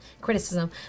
Criticism